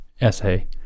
essay